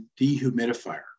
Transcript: dehumidifier